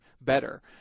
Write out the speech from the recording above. better